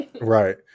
Right